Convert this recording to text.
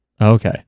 Okay